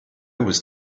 was